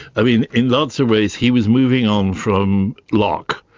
i mean in lots of ways he was moving on from locke.